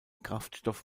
kraftstoff